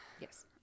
Yes